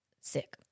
Sick